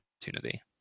opportunity